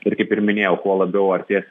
ir kaip ir minėjau kuo labiau artės